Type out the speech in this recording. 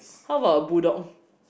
how about a bull dog